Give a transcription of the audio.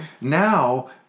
now